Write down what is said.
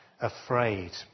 afraid